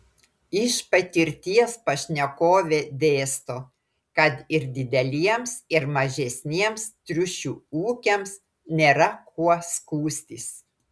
iš patirties pašnekovė dėsto kad ir dideliems ir mažesniems triušių ūkiams nėra kuo skųstis